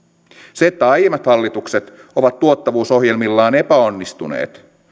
se että aiemmat hallitukset ovat tuottavuusohjelmillaan epäonnistuneet